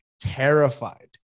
terrified